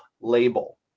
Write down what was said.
label